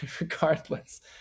Regardless